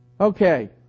Okay